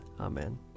Amen